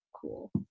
cool